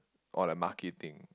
or like marketing